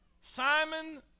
Simon